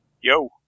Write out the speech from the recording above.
Yo